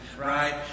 right